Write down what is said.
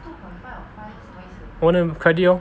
我们的 credit lor